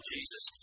Jesus